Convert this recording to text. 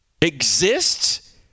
exists